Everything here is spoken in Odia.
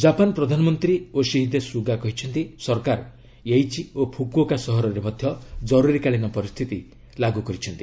ଜାପାନ ପ୍ରଧାନମନ୍ତ୍ରୀ ୟୋଶିହିଦେ ସୁଗା କହିଛନ୍ତି ସରକାର ଏଇଚି ଓ ଫୁକ୍ଓକା ସହରରେ ମଧ୍ୟ ଜରୁରୀକାଳୀନ ପରିସ୍ଥିତି ଲାଗୁ ହୋଇଛି